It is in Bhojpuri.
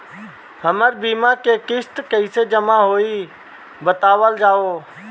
हमर बीमा के किस्त कइसे जमा होई बतावल जाओ?